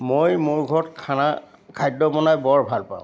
মই মোৰ ঘৰত খানা খাদ্য বনাই বৰ ভাল পাওঁ